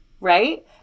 Right